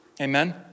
Amen